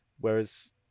Whereas